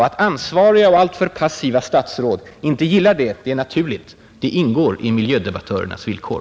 Att ansvariga och alltför passiva statsråd inte gillar det är naturligt — det ingår också i miljödebattörernas villkor.